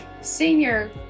senior